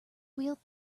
wheeled